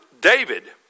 David